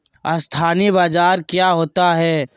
अस्थानी बाजार क्या होता है?